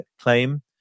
claim